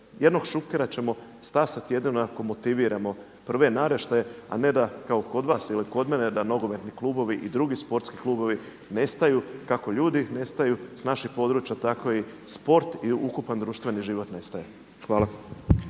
Jednog Šukera ćemo stasati jedino ako motiviramo prve naraštaje a ne da kao kod vas ili kod mene da nogometni klubovi i drugi sportski klubovi nestaju kako ljudi nestaju s naših područja, tako i sport i ukupan društveni život nestaje. Hvala.